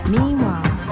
Meanwhile